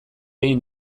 egin